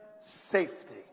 safety